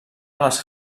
les